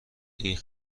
این